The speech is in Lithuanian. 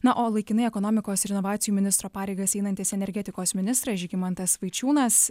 na o laikinai ekonomikos ir inovacijų ministro pareigas einantis energetikos ministras žygimantas vaičiūnas